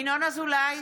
(קוראת בשמות חברי הכנסת) ינון אזולאי,